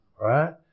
right